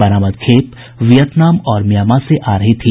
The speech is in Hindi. बरामद खेप वियतनाम और म्यामां से आ रही थी